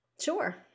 Sure